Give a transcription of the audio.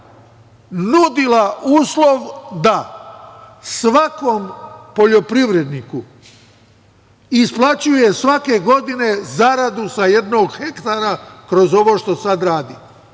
nudila uslov da svakom poljoprivredniku isplaćuje svake godine zaradu sa jednog hektara kroz ovo što sad radi.